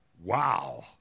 Wow